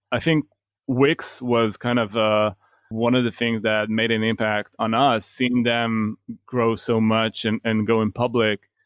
i think wix was kind of one of the things that made an impact on us. seeing them grow so much and and going public.